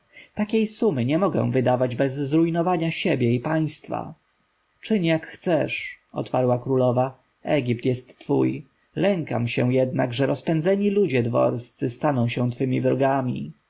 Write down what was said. takiej sumy nie mogę wydawać bez zrujnowania siebie i państwa czyń jak chcesz odparła królowa egipt jest twój lękam się jednak że rozpędzeni ludzie dworscy staną się twymi wrogami